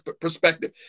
perspective